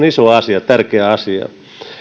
iso asia ja tärkeä asia